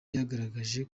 yaragerageje